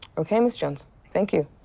ok, miss jones. thank you.